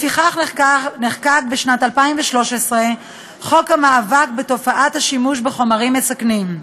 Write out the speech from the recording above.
לפיכך נחקק בשנת 2013 חוק המאבק בתופעת השימוש בחומרים מסכנים,